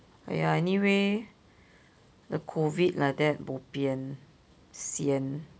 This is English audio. !aiya! anyway the COVID like that bopian sian